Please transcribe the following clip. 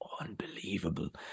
unbelievable